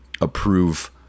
approve